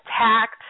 attacked